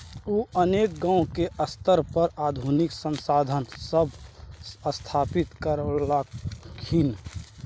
उ अनेक गांव के स्तर पर आधुनिक संसाधन सब स्थापित करलखिन